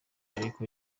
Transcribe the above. ariko